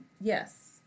Yes